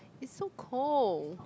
it's so cold